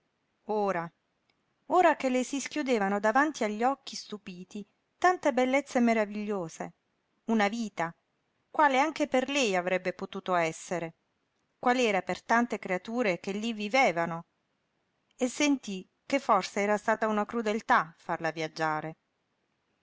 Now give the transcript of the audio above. ora ora che le si schiudevano davanti agli occhi stupiti tante bellezze maravigliose una vita quale anche per lei avrebbe potuto essere qual'era per tante creature che lí vivevano e sentí che forse era stata una crudeltà farla viaggiare